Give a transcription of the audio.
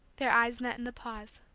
their eyes met in the pause.